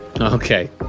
Okay